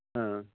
हा